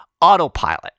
autopilot